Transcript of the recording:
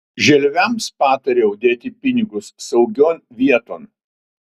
želviams patariau dėti pinigus saugion vieton